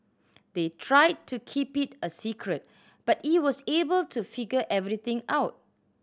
they tried to keep it a secret but it was able to figure everything out